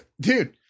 dude